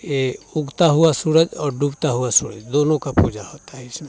ये उगता हुआ सूरज और डूबता हूआ सूरज दोनों का पूजा होता है इसमें